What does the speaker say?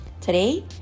Today